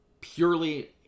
purely